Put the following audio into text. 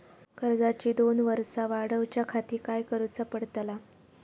कर्जाची दोन वर्सा वाढवच्याखाती काय करुचा पडताला?